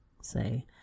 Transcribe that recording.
say